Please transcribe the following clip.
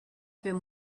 been